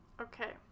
Okay